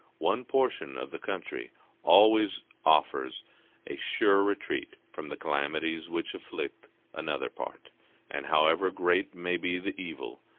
one portion of the country always offers a sure retreat from the calamities which afflict another part and however great may be the evil,